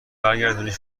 برگردونیش